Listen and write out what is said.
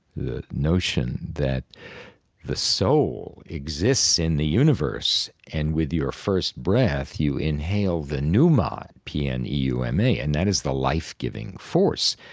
the notion that the soul exists in the universe and with your first breath you inhale the pneuma, p n e u m a, and that is the life-giving force.